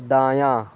دایاں